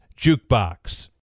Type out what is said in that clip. Jukebox